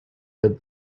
but